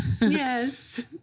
Yes